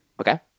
Okay